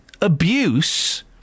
Abuse